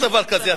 אין דבר כזה.